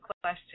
question